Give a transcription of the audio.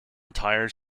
tires